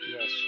Yes